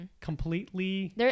completely